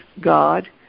God